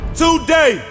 today